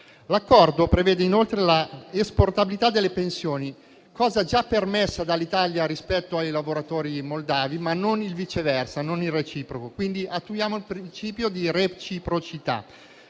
L'Accordo prevede inoltre l'esportabilità delle pensioni, cosa già permessa dall'Italia rispetto ai lavoratori moldavi, ma non viceversa; quindi attuiamo il principio di reciprocità.